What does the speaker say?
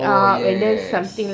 oh yes yes yes yes